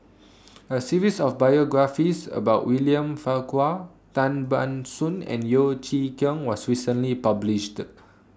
A series of biographies about William Farquhar Tan Ban Soon and Yeo Chee Kiong was recently published